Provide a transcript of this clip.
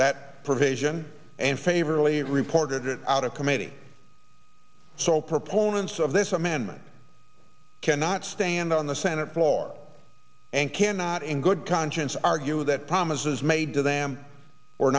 that provision and favorably reported out of committee so proponents of this amendment cannot stand on the senate floor and cannot in good conscience argue that promises made to them or